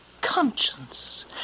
conscience